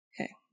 Okay